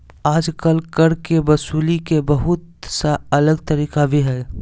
आजकल कर के वसूले के बहुत सा अलग तरीका भी हइ